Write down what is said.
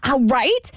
right